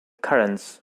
currents